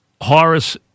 Horace